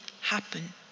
happen